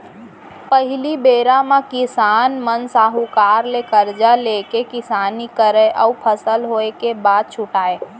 पहिली बेरा म किसान मन साहूकार ले करजा लेके किसानी करय अउ फसल होय के बाद छुटयँ